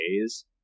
days